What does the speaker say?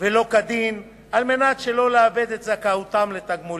ולא כדין, כדי שלא לאבד את זכאותן לתגמולים.